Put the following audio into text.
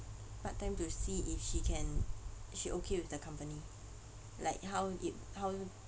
part time to see if she can she okay with the company like how it how